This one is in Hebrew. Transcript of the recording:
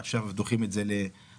ועכשיו דוחים את זה ל-2027,